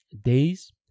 days